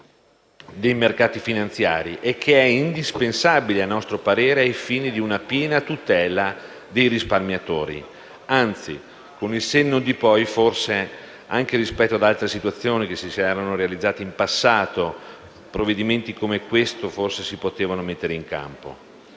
dei mercati finanziari e che, a nostro parere, è indispensabile ai fini di una piena tutela dei risparmiatori. Anzi, con il senno di poi, anche rispetto ad altre situazioni che si sono realizzate in passato provvedimenti come questo si sarebbero forse potuti mettere in campo.